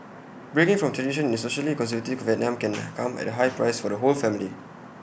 breaking from tradition in socially conservative Vietnam can come at A high price for the whole family